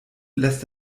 lässt